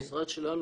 המשרד שלנו,